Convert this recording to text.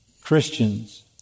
Christians